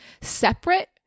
separate